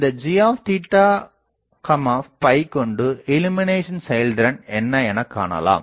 இந்த gகொண்டு இல்லுமினேஷன் செயல்திறன் என்ன எனக் காணலாம்